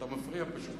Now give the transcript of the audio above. אתה פשוט